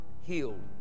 healed